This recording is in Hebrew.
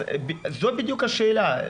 זו בדיוק השאלה.